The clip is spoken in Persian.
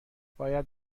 باید